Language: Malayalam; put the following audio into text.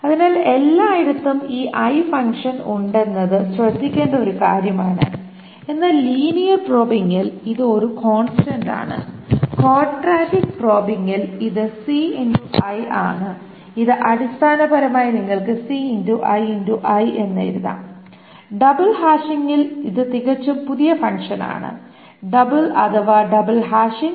അതിനാൽ എല്ലായിടത്തും ഈ 'i' ഫംഗ്ഷൻ ഉണ്ടെന്നത് ശ്രദ്ധിക്കേണ്ട ഒരു കാര്യമാണ് എന്നാൽ ലീനിയർ പ്രോബിങ്ങിൽ ഇത് ഒരു കോൺസ്റ്റന്റ് ആണ് ക്വാഡ്രാറ്റിക് പ്രോബിങ്ങിൽ ഇത് ആണ് ഇത് അടിസ്ഥാനപരമായി നിങ്ങൾക്ക് എന്ന് എഴുതാം ഡബിൾ ഹാഷിങ്ങിൽ ഇത് തികച്ചും പുതിയ ഫംഗ്ഷൻ ആണ് ഡബിൾ അഥവാ ഡബിൾ ഹാഷിംഗ്